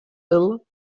ill